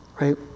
Right